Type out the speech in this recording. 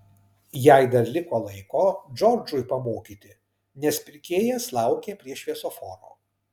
jai dar liko laiko džordžui pamokyti nes pirkėjas laukė prie šviesoforo